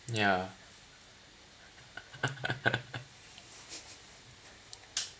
ya